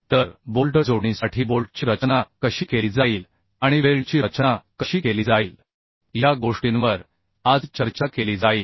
तर बोल्ट जोडणीसाठी बोल्टची रचना कशी केली जाईल आणि वेल्डची रचना कशी केली जाईल या गोष्टींवर आज चर्चा केली जाईल